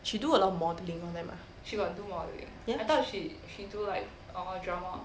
she do a lot of modelling all that lah ya